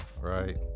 right